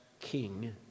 king